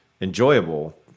enjoyable